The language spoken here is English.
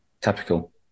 typical